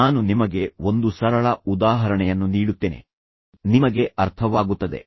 ನಾನು ನಿಮಗೆ ಒಂದು ಸರಳ ಉದಾಹರಣೆಯನ್ನು ನೀಡುತ್ತೇನೆ ಮತ್ತು ನಾನು ಏನು ಹೇಳುತ್ತಿದ್ದೇನೆಂದು ನಿಮಗೆ ಅರ್ಥವಾಗುತ್ತದೆ